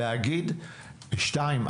שתיים,